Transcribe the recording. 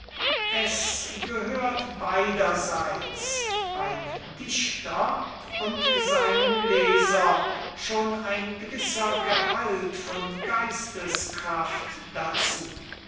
es gehört beiderseits beim dichter und seinem leser schon ein gewisser gehalt von geisteskraft dazu